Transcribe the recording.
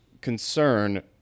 concern